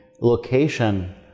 location